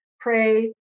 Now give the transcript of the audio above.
pray